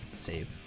save